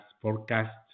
forecast